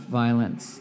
violence